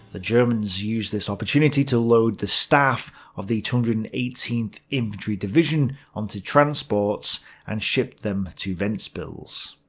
the germans used this opportunity to load the staff of the two hundred and eighteenth infantry division onto transports and shipped them to ventspils.